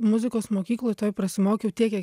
muzikos mokykloj toj prasimokiau tiek kiek